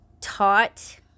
taught